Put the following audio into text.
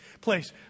place